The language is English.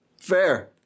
Fair